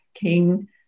king